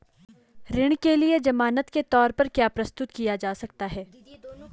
ऋण के लिए ज़मानात के तोर पर क्या क्या प्रस्तुत किया जा सकता है?